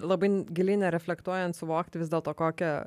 labai giliai nereflektuojant suvokti vis dėlto kokią